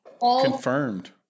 Confirmed